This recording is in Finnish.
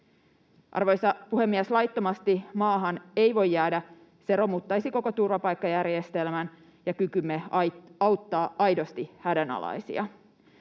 Arvoisa puhemies! Laittomasti maahan ei voi jäädä, se romuttaisi koko turvapaikkajärjestelmän ja kykymme auttaa aidosti hädänalaisia.